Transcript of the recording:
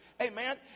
Amen